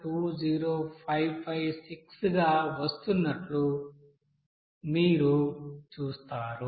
132120556 గా వస్తున్నట్లు మీరు చూస్తారు